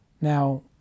Now